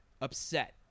upset